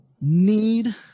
need